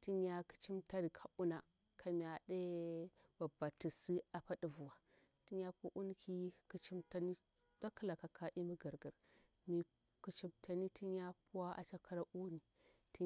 tinya kicim tari ka una kamya ade babbartisi apa diviwa tin ya pu un ki kicimtani dakilaka ka imi girgir mi kicintani tin ya puwa ata kira uni tin.